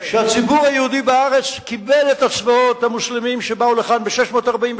הציבור היהודי בארץ קיבל את הצבאות המוסלמיים שבאו לכאן ב-648,